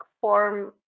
form